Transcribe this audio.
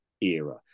era